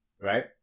right